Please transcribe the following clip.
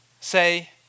say